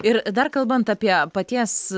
ir dar kalbant apie paties